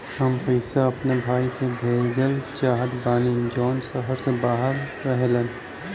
हम पैसा अपने भाई के भेजल चाहत बानी जौन शहर से बाहर रहेलन